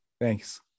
thanks